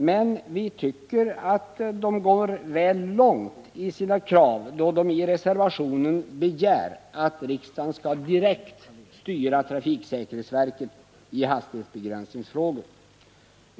Men vi tycker att de går väl långt i sina krav, då de i reservationen kräver att riksdagen skall direkt styra trafiksäkerhetsverket i hastighetsbegränsningsfrågor.